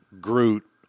Groot